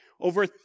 Over